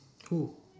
who